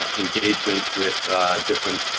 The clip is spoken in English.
ah engagement with different